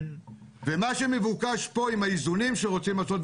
מה שמבוקש פה עם האיזונים שרוצים לעשות פה,